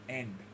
end